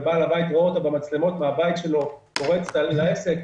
בעל הבית רואה אותה במצלמות מהבית שלו פורצת לעסק,